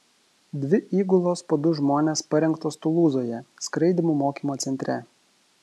dvi įgulos po du žmones parengtos tulūzoje skraidymų mokymo centre